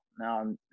now